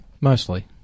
Mostly